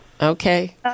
Okay